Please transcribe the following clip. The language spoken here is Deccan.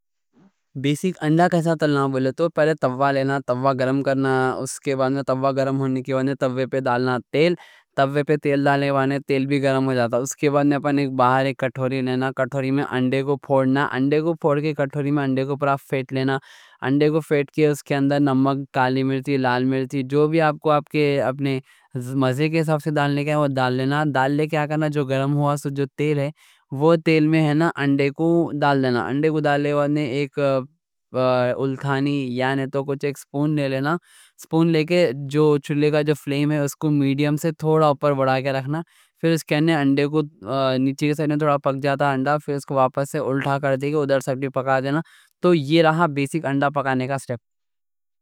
انڈے کیسے ڈالنا ہے بولے تو، پہلے توا لینا، توا گرم کرنا۔ اُس کے بعد توا گرم ہونے کے بعد توے پر تیل ڈالنا، توے پر تیل ڈالنے کے بعد تیل بھی گرم ہو جاتا۔ اُس کے بعد واپس ایک بار کٹوری لینا، کٹوری میں انڈے کو پھوڑنا۔ انڈے کو پھوڑ کے کٹوری میں انڈے کو پراپر پھینٹ لینا۔ اُس کے اندر نمک، کالی مرچ، لال مرچ جو بھی آپ کو آپ کے اپنے مزے کے ساتھ سے ڈالنا ہے وہ ڈال لینا۔ ڈال کے آ کے جو تیل گرم ہوا نا، اُس تیل میں انڈے کو ڈال لینا۔ انڈے کو ڈال لیوا نے ایک سپون لے لینا، سپون لے کے جو چولے کا فلیم ہے اُس کو میڈیم سے تھوڑا اوپر وڑا کے رکھنا۔ پھر انڈا نیچے تھوڑا پک جاتا، پھر اس کو واپس سے الٹا کر کے اُدھر سپنٹی پکا دینا۔ تو یہ رہا بیسِک انڈا پکانے کا سٹیپ۔